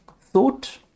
thought